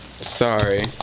Sorry